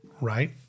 right